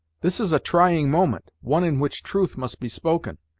this is a trying moment one in which truth must be spoken!